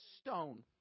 stone